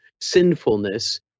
sinfulness